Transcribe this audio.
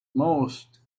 most